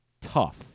tough